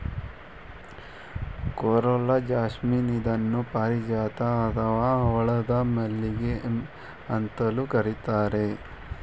coral jasmine ಇದನ್ನು ಪಾರಿಜಾತ ಅಥವಾ ಹವಳದ ಮಲ್ಲಿಗೆ ಅಂತಲೂ ಕರಿತಾರೆ